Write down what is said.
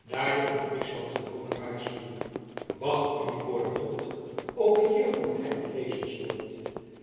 daar de in friesland gewone waarschuwing wacht u voor den hond ook hier voor het hek te lezen stond